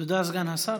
תודה, סגן השר.